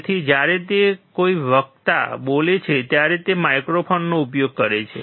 તેથી જ્યારે કોઈ વક્તા બોલે છે ત્યારે તે માઇક્રોફોનનો ઉપયોગ કરે છે